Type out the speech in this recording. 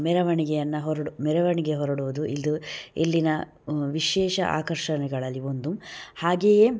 ಮೆರವಣಿಗೆಯನ್ನು ಹೊರಡು ಮೆರವಣಿಗೆ ಹೊರಡುವುದು ಇದು ಇಲ್ಲಿನ ವಿಶೇಷ ಆಕರ್ಷಣೆಗಳಲ್ಲಿ ಒಂದು ಹಾಗೆಯೇ